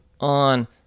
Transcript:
on